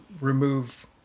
remove